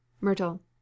Myrtle